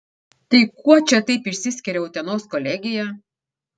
tai kuo čia taip išsiskiria utenos kolegija